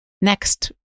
Next